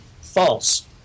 false